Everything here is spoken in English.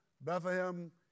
Bethlehem